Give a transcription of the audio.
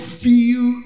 feel